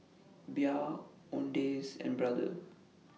Bia Owndays and Brother